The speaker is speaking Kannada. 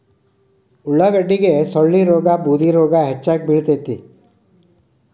ಉಳಾಗಡ್ಡಿಗೆ ಸೊಳ್ಳಿರೋಗಾ ಬೂದಿರೋಗಾ ಹೆಚ್ಚಾಗಿ ಬಿಳತೈತಿ